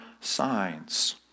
signs